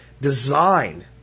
design